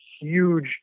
huge